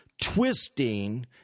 twisting